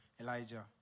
Elijah